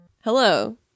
Hello